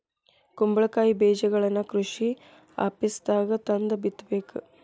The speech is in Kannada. ಕುಂಬಳಕಾಯಿ ಬೇಜಗಳನ್ನಾ ಕೃಷಿ ಆಪೇಸ್ದಾಗ ತಂದ ಬಿತ್ತಬೇಕ